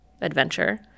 adventure